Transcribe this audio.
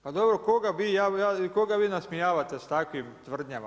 Pa dobro koga vi nasmijavate s takvim tvrdnjama?